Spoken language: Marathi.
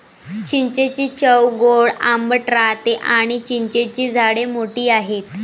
चिंचेची चव गोड आंबट राहते आणी चिंचेची झाडे मोठी आहेत